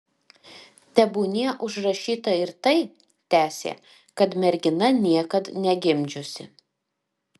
tebūnie užrašyta ir tai tęsė kad mergina niekad negimdžiusi